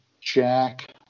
Jack